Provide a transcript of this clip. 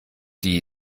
die